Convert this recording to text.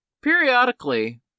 periodically